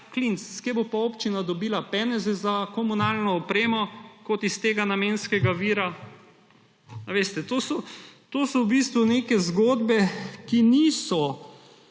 od kod drugod bo pa občina dobila peneze za komunalno opremo kot iz tega namenskega vira? Veste, to so v bistvu neke zgodbe, ki še niso